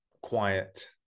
quiet